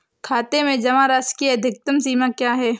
खाते में जमा राशि की अधिकतम सीमा क्या है?